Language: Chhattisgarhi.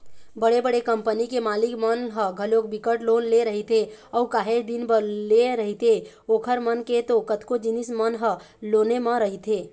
बड़े बड़े कंपनी के मालिक मन ह घलोक बिकट लोन ले रहिथे अऊ काहेच दिन बर लेय रहिथे ओखर मन के तो कतको जिनिस मन ह लोने म रहिथे